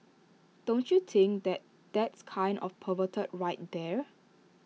don't you think that that's kind of perverted right there